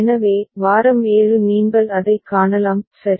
எனவே வாரம் 7 நீங்கள் அதைக் காணலாம் சரி